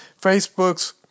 Facebook's